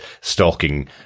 stalking